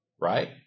Right